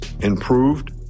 improved